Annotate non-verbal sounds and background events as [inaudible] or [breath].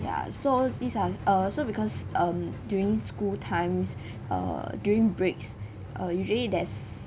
ya so this are uh so because um during school times [breath] err during breaks uh usually there's